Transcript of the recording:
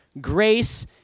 Grace